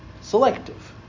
Selective